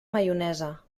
maionesa